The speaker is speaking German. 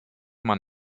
man